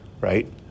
right